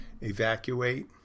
evacuate